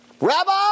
Rabbi